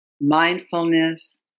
mindfulness